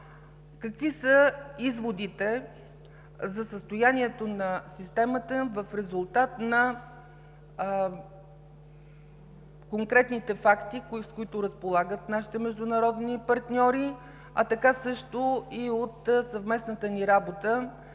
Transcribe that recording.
Какви са изводите за състоянието на системата в резултат на конкретните факти, с които разполагат нашите международни партньори, а така също и от съвместната ни работа